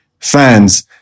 fans